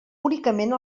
únicament